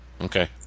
Okay